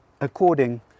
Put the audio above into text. according